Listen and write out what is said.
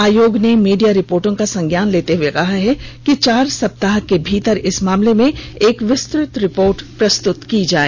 आयोग र्न मीडिया रिपोर्टों का संज्ञान लेते हुए कहा है कि चार सप्ताह के भीतर इस मामले में एक विस्तृत रिपोर्ट प्रस्तुत की जाए